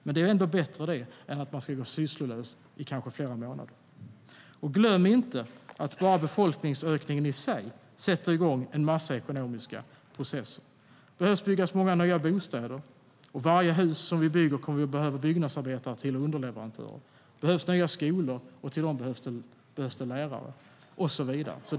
Men det är trots allt bättre än att de får gå sysslolösa i kanske flera månader. Glöm inte heller att bara befolkningsökningen i sig sätter igång en massa ekonomiska processer. Det behöver byggas många nya bostäder, och till varje hus som vi bygger kommer vi att behöva byggnadsarbetare och underleverantörer, det behövs nya skolor, och till dem behövs det lärare och så vidare.